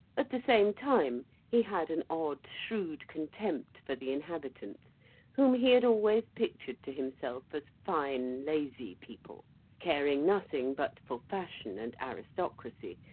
at the same time he had an odd, shrewd, contempt for the inhabitants whom he had always pictured to himself as fine, lazy people caring nothing but for fashion and aristocracy,